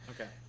Okay